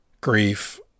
Grief